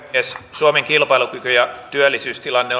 suomen kilpailukyky ja työllisyystilanne